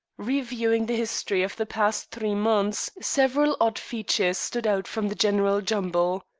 reviewing the history of the past three months several odd features stood out from the general jumble.